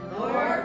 Lord